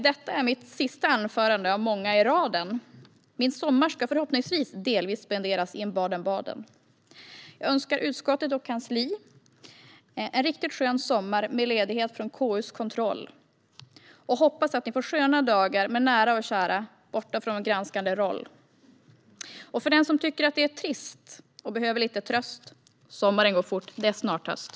Detta är mitt sista anförande av många i raden. Min sommar ska förhoppningsvis delvis spenderas i en Baden-Baden. Jag önskar utskottet och kansliet en riktigt skön sommar med ledighet från KU:s kontroll och hoppas att ni får sköna dagar med nära och kära borta från vår granskande roll. För den som tycker att det är trist och behöver lite tröst: Sommaren går fort - det är snart höst!